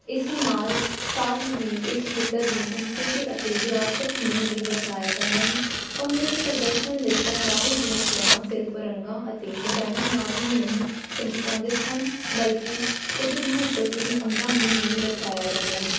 ਇਸ ਨਾਲ ਸਾਥ ਹੀ ਇਸ ਖੇਤਰ ਦੀ ਸੰਸਕ੍ਰਿਤੀ ਅਤੇ ਵਿਰਾਸਤ ਨੂੰ ਵੀ ਦਰਸਾਇਆ ਜਾਂਦਾ ਹੈ ਭੰਗੜੇ ਦੇ ਪ੍ਰਦਰਸ਼ਨ ਲਈ ਪਹਿਰਾਵੇ ਦੀਆਂ ਚੋਣਾਂ ਸਿਰਫ ਰੰਗਾਂ ਅਤੇ ਡਿਜ਼ਾਇਨਰ ਨਾਲ ਹੀ ਨਹੀਂ ਸੰਬੰਧਿਤ ਹਨ ਬਲਕਿ ਕੁਝ ਮਹੱਤਵਪੂਰਨ ਅੰਗਾਂ ਨੂੰ ਵੀ ਦਰਸਾਇਆ ਜਾਂਦਾ ਹੈ